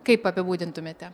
kaip apibūdintumėte